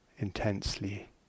intensely